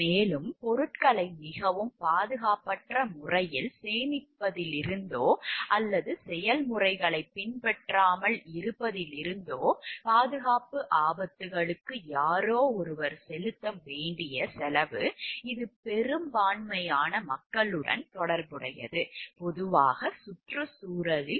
மேலும் பொருட்களை மிகவும் பாதுகாப்பற்ற முறையில் சேமிப்பதிலிருந்தோ அல்லது செயல்முறைகளைப் பின்பற்றாமல் இருப்பதிலிருந்தோ பாதுகாப்பு ஆபத்துக்களுக்கு யாரோ ஒருவர் செலுத்த வேண்டிய செலவு இது பெரும்பான்மையான மக்களுடன் தொடர்புடையது பொதுவாக சுற்றுச்சூழல்